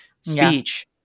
speech